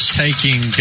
taking